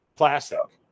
plastic